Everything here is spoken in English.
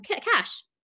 cash